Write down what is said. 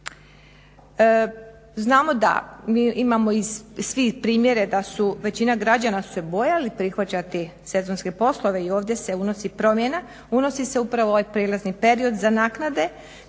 Znamo da, imamo i svi primjere da su većina građana su se bojali prihvaćati sezonske poslove i ovdje se unosi promjena. Unosi se upravo ovaj prijelazni period za naknade